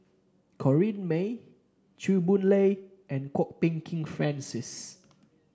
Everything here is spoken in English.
Corrinne May Chew Boon Lay and Kwok Peng Kin Francis